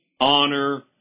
honor